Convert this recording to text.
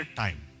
time